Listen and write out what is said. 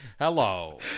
Hello